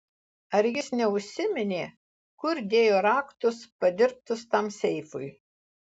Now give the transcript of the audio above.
ar jis neužsiminė kur dėjo raktus padirbtus tam seifui